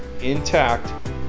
intact